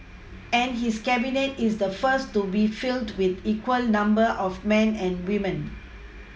and his Cabinet is the first to be filled with equal number of men and women